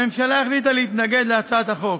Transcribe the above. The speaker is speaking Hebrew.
הממשלה החליטה להתנגד להצעת החוק.